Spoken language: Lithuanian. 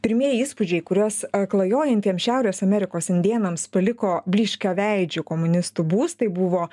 pirmieji įspūdžiai kuriuos klajojantiems šiaurės amerikos indėnams paliko blyškaveidžių komunistų būstai buvo